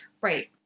Right